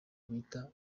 bita